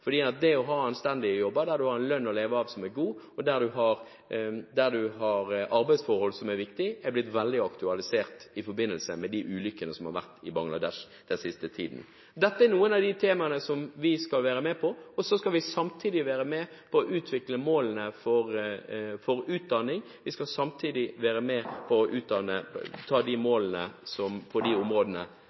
en god lønn å leve av, er blitt veldig aktualisert i forbindelse med de ulykkene som har vært i Bangladesh den siste tiden. Dette er noen av de temaene som vi skal være med på. Så skal vi samtidig være med på å utvikle målene for utdanning, og målene på områdene vi mener er viktige. Først vil jeg takke statsråden for et veldig godt og grundig svar, og jeg liker særlig det han tar opp om å